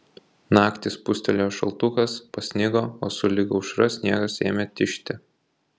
naktį spustelėjo šaltukas pasnigo o sulig aušra sniegas ėmė tižti